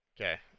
Okay